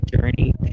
journey